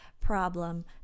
problem